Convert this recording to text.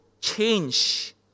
change